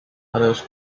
others